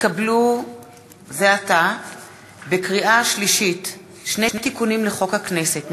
התקבלו זה עתה בקריאה שלישית שני תיקונים לחוק הכנסת,